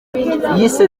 yise